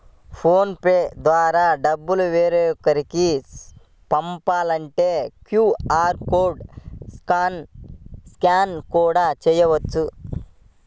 phone pay ద్వారా డబ్బులు వేరొకరికి పంపాలంటే క్యూ.ఆర్ కోడ్ ని స్కాన్ కూడా చేయవచ్చు